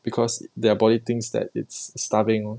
because their body thinks that it's starving lor